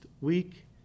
week